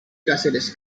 cáceres